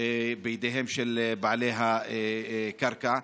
בידיהם של בעלי הקרקע,